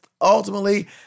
Ultimately